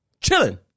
Chilling